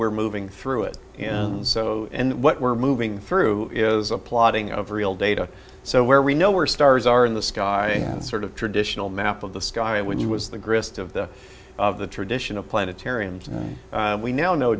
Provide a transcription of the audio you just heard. we're moving through it so what we're moving through is a plotting of real data so where we know where stars are in the sky and sort of traditional map of the sky when it was the grist of the of the tradition of planetariums we now know